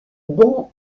bon